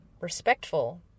respectful